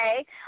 okay